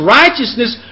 righteousness